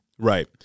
Right